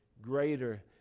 greater